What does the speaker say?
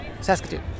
Saskatoon